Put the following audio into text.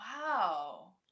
Wow